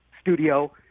studio